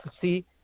see